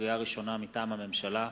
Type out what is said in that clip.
לקריאה ראשונה, מטעם הממשלה: